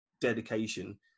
dedication